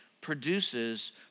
produces